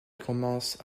commencent